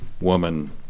woman